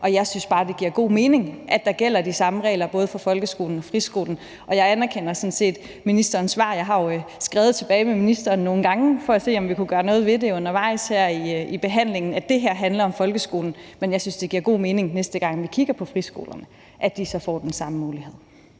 Jeg synes bare, det giver god mening, at der gælder de samme regler for folkeskolen og friskolen. Jeg anerkender sådan set ministerens svar – jeg har jo skrevet frem og tilbage med ministeren nogle gange for at se, om vi kunne gøre noget ved det undervejs her i behandlingen – om, at det her handler om folkeskolen, men jeg synes, det giver god mening, at friskolerne, næste gang vi kigger på dem, får den samme mulighed.